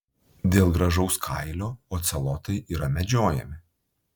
dėl gražaus kailio ocelotai yra medžiojami